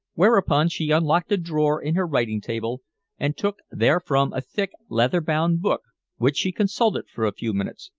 whereupon she unlocked a drawer in her writing-table and took therefrom a thick, leather-bound book which she consulted for a few minutes,